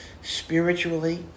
Spiritually